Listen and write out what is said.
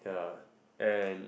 yeah and